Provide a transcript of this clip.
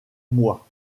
mois